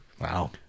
wow